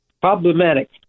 problematic